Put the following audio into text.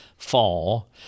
Fall